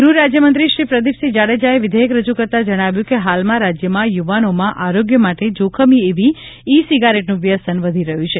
ગૃહ રાજયમંત્રીશ્રી પ્રદિપસિંહ જાડેજાએ વિધેયક રજૂ કરતાં જણાવ્યું કે હાલમાં રાજ્યમાં યુવાનોમાં આરોગ્ય માટે જોખમી એવી ઇ સિગારેટનું વ્યસન વધી રહ્યું છે